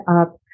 up